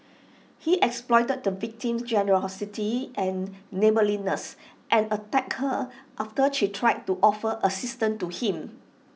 he exploited the victim's generosity and neighbourliness and attacked her after she tried to offer assistance to him